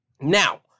Now